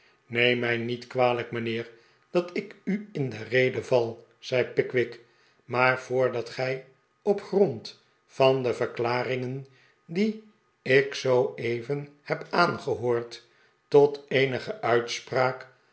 neem raij met kwalijk mijnheer dat ik u in de rede val zei pickwick maar voordat gij op grond van de verklaringen die ik zooeven heb aangehoord tot eenige uitspraak